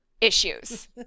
issues